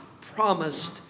promised